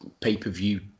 pay-per-view